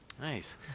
Nice